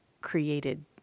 created